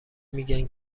میگن